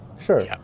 Sure